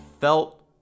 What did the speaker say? felt